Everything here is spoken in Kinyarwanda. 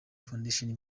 foundation